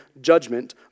judgment